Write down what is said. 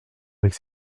avec